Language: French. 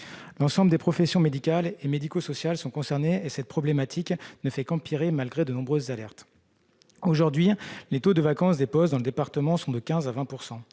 L'ensemble des professions médicales et médico-sociales sont concernées, et ce problème ne fait qu'empirer malgré les nombreuses alertes. Aujourd'hui, le taux de vacance des postes dans mon département varie entre 15 %